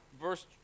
verse